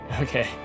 okay